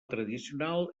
tradicional